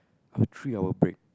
I have three hour break